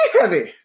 heavy